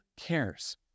cares